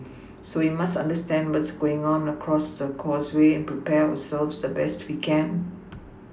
so we must understand what's going on across the causeway prepare ourselves the best we can